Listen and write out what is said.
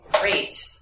great